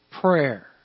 prayer